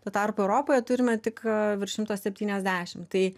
tuo tarpu europoje turime tik virš šimto septyniasdešimt tai